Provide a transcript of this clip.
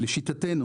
לשיטתנו.